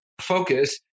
focus